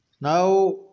Now